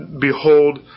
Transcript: behold